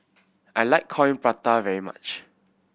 I like Coin Prata very much